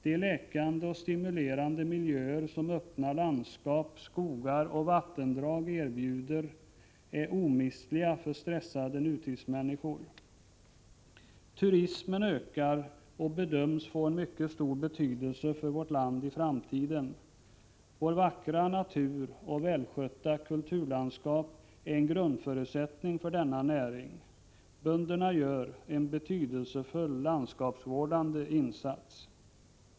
De läkande och stimulerande miljöer som öppna landskap, skogar och vattendrag erbjuder är omistliga för stressade nutidsmänniskor. Turismen ökar och bedöms få en mycket stor betydelse för vårt land i framtiden. Vår vackra natur och vårt välskötta kulturlandskap är en grundförutsättning för denna näring. Bönderna gör en betydelsefull landskapsvårdande insats.